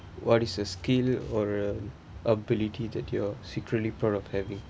what is a skill or a ability that you're secretly proud of having